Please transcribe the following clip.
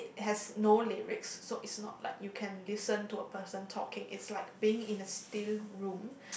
has no lyrics so it's not like you can listen a person talking it's like being in a steel room